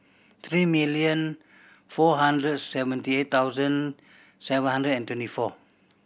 three million four hundred seventy eight thousand seven hundred and twenty four